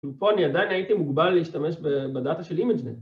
ופה אני עדיין הייתי מוגבל להשתמש בדאטה של אימג'נט